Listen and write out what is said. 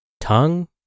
tongue